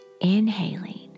inhaling